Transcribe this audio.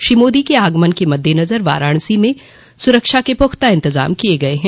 श्री मोदी के आगमन के मददेनजर वाराणसी में सुरक्षा के पुख्ता इंतजाम किये गये हैं